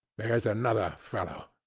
there's another fellow,